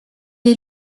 est